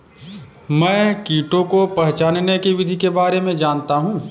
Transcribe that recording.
मैं कीटों को पहचानने की विधि के बारे में जनता हूँ